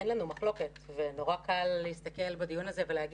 אין לנו מחלוקת ונורא קל להסתכל בדיון הזה ולהגיד: